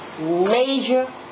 major